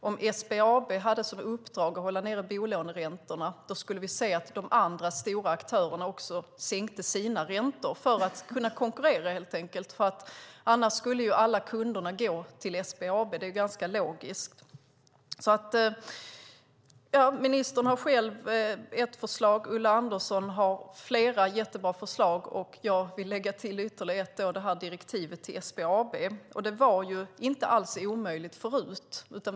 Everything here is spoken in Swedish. Om SBAB får uppdraget att hålla ned bolåneräntorna får vi se att de andra stora aktörerna sänker sina räntor för att helt enkelt kunna konkurrera. Annars går - helt logiskt - alla kunderna till SBAB. Ministern har själv ett förslag. Ulla Andersson har flera bra förslag. Jag vill lägga till ytterligare ett förslag, nämligen direktivet till SBAB. Det var inte alls omöjligt tidigare.